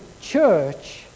church